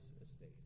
estate